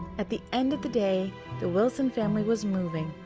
at the end of the day the wilson family was moving,